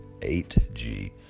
8G